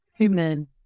Amen